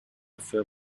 few